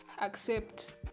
accept